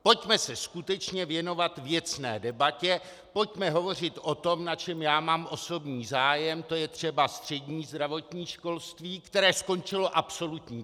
Pojďme se skutečně věnovat věcné debatě, pojďme hovořit o tom, na čem já mám osobní zájem, to je třeba střední zdravotní školství, které skončilo absolutní tragédií.